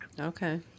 Okay